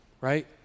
Right